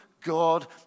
God